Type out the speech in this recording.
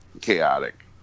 chaotic